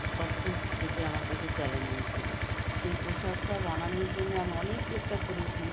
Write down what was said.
সবচেয়ে ওইটাই আমার কাছে চ্যালেঞ্জিং ছিল সেই পোশাকটা বানানোর জন্য আমি অনেক চেষ্টা করেছি